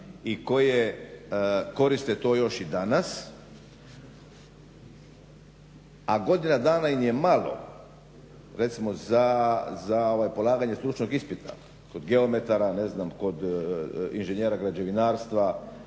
i koje koriste to još i danas, a godina dana im je malo recimo za polaganje stručnog ispita kod geometara, kod inženjera građevinarstva